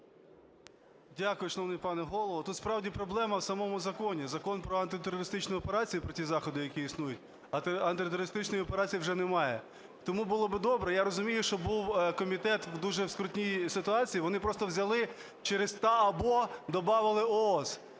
Дякую, шановний пане Голово. Тут справді проблема в самому законі: Закон про антитерористичну операцію, про ті заходи, які існують, а антитерористичної операції вже немає. Тому було би добре… Я розумію, що був комітет у дуже скрутній ситуації, вони просто взяли через "та/або" добавили "ООС".